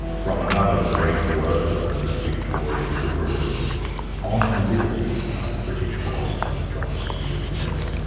from another great work of mid-victorian liberalism on liberty by the british philosopher john stuart mill.